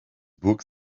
book